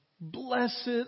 Blessed